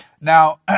Now